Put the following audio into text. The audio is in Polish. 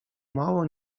mało